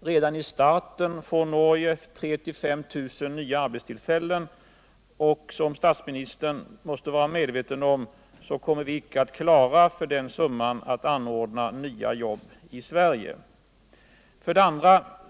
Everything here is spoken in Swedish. Redan i starten får Norge 3 000-5 000 nya arbetstillfällen. Det innebär ca 200 000 kr. per jobb. Som statsministern måste vara medveten om kommer vi icke att klara att ordna nya jobb i Sverige för den summan. 2.